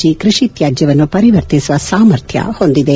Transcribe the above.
G ಕೃಷಿ ಶ್ವಾಜ್ಯವನ್ನು ಪರಿವರ್ತಿಸುವ ಸಾಮರ್ಥ್ಯ ಹೊಂದಿದೆ